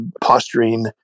posturing